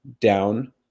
down